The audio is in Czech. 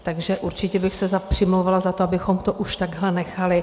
Takže určitě bych se přimlouvala za to, abychom to už takhle nechali.